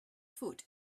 foot